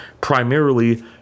primarily